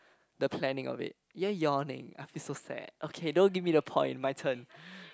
the planning of it you're yawning I feel so sad okay don't give me the point my turn